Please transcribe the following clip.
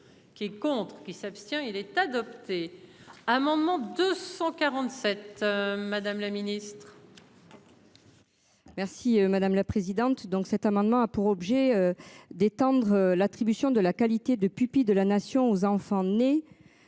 Qui est contre. Qui s'abstient il est adopté. Amendement 247, madame la Ministre. Merci madame la présidente. Donc cet amendement a pour objet d'étendre l'attribution de la qualité de pupille de la nation aux enfants nés.